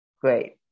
great